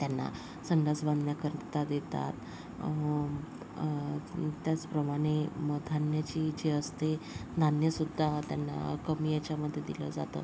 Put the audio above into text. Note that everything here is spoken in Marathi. त्यांना संडास बांधण्याकरिता देतात त्याचप्रमाणे म धान्याची जी असते धान्यसुद्धा त्यांना कमी याच्यामध्ये दिलं जातं